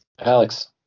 Alex